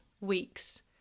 weeks